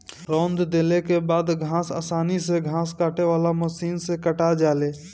रौंद देले के बाद घास आसानी से घास काटे वाली मशीन से काटा जाले